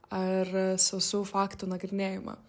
ar sausų faktų nagrinėjimą